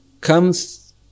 comes